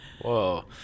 Whoa